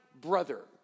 brother